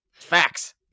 facts